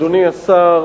אדוני השר,